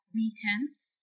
weekends